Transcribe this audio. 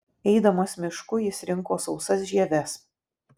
eidamas mišku jis rinko sausas žieves